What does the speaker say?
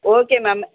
okay ma'am